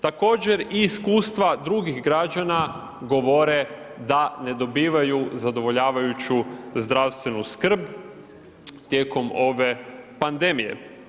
Također iskustva drugih građana govore da ne dobivaju zadovoljavajuću zdravstvenu skrb tijekom ove pandemije.